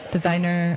Designer